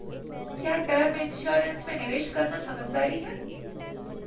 क्या term insurance में निवेश करना समझदारी है?